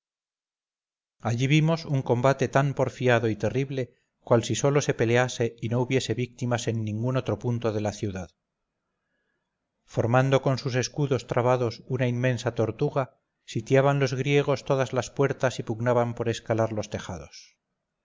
allí vimos un combate tan porfiado y terrible cual si sólo allí se pelease y no hubiese víctimas en ningún otro punto de la ciudad formando con sus escudos trabados una inmensa tortuga sitiaban los griegos todas las puertas y pugnaban por escalar los tejados